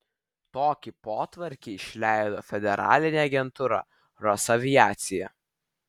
tokį potvarkį išleido federalinė agentūra rosaviacija